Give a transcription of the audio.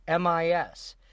MIS